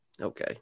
okay